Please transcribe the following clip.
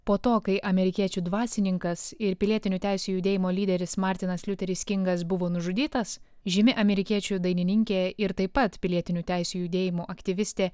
po to kai amerikiečių dvasininkas ir pilietinių teisių judėjimo lyderis martinas liuteris kingas buvo nužudytas žymi amerikiečių dainininkė ir taip pat pilietinių teisių judėjimo aktyvistė